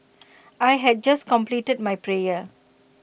I had just completed my prayer